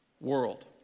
world